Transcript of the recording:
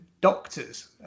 Doctors